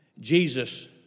Jesus